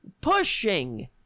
pushing